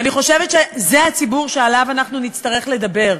אני חושבת שזה הציבור שעליו אנחנו נצטרך לדבר,